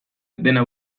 dena